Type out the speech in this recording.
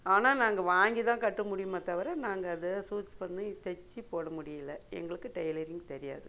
ஆனால் நாங்கள் வாங்கி தான் கட்ட முடியுமே தவிர நாங்கள் இது சூஸ் பண்ணி தச்சி போட முடியிலை எங்களுக்கு டெய்லரிங் தெரியாது